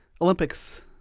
Olympics